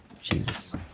Jesus